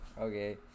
Okay